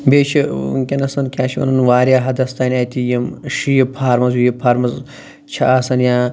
بیٚیہِ چھِ وُنٛکیٚن کیٛاہ چھِ وَنان واریاہ حَدَس تانۍ اَتہِ یِم شیٖپ فارمٕز ویٖپ فارمٕز چھِ آسان یا